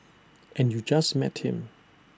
and you just met him